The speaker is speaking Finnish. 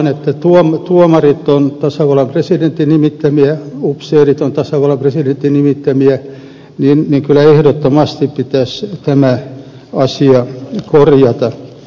jos ajatellaan että tuomarit ovat tasavallan presidentin nimittämiä upseerit ovat tasavallan presidentin nimittämiä niin kyllä ehdottomasti pitäisi tämä asia korjata